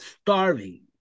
starving